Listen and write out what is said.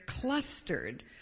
clustered